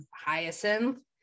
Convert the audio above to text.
Hyacinth